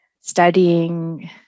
studying